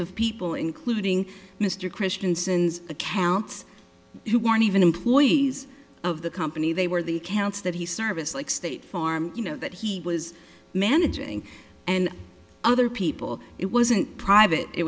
of people including mr christiansen's accounts who weren't even employees of the company they were the counts that he service like state farm you know that he was managing and other people it wasn't private it